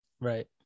Right